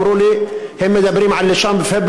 אמרו לי: הם מדברים על 1 בפברואר,